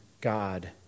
God